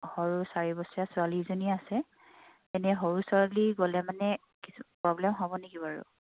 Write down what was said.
সৰু চাৰি বছৰীয়া ছোৱালী এজনী আছে এনেই সৰু ছোৱালী গ'লে মানে কিছু প্ৰব্লেম হ'ব নেকি বাৰু